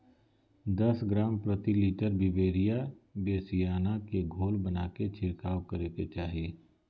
दस ग्राम प्रति litre Beauveria bassiana के घोल बनाके छिड़काव करे के चाही